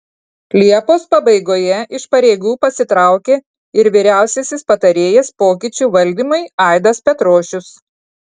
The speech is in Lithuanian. liepos pabaigoje iš pareigų pasitraukė ir vyriausiasis patarėjas pokyčių valdymui aidas petrošius